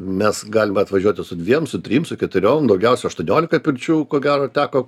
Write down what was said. mes galime atvažiuoti su dviem su trim su keturiom daugiausia aštuoniolika pirčių ko gero teko